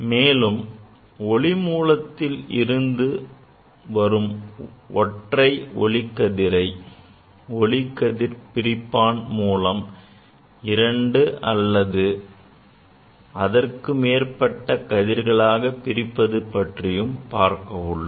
மேலும் ஒளி மூலத்தில் இருந்து வரும் ஒற்றைக் ஒளிக்கதிரை ஒளிக்கதிர் பிரிப்பான் மூலம் இரண்டு அல்லது அதற்கு மேற்பட்ட கதிர்களாக பிரிப்பது பற்றியும் பார்க்க உள்ளோம்